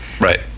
Right